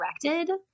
directed